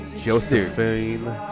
Josephine